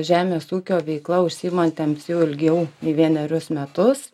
žemės ūkio veikla užsiimantiems jau ilgiau nei vienerius metus